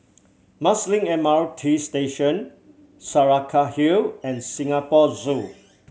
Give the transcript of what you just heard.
Marsiling M R T Station Saraca Hill and Singapore Zoo